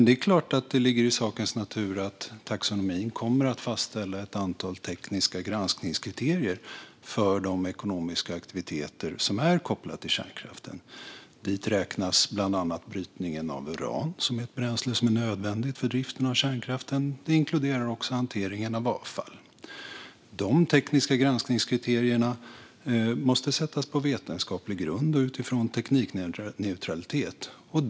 Det är klart att det ligger i sakens natur att taxonomin kommer att fastställa ett antal tekniska granskningskriterier för de ekonomiska aktiviteter som är kopplade till kärnkraften. Dit räknas bland annat brytningen av uran, som är ett bränsle som är nödvändigt för driften av kärnkraften. Det inkluderar också hanteringen av avfall. De tekniska granskningskriterierna måste sättas på vetenskaplig grund och utifrån vad som är teknikneutralt.